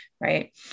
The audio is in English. right